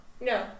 No